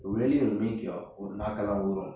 really will make your நாக்கெல்லா ஊரும்:naakellaa oorum